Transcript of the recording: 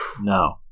No